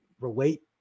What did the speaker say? relate